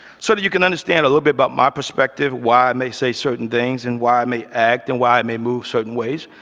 so that you can understand a little bit about my perspective, why i may say certain things and why i may act and why i may move certain ways.